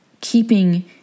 keeping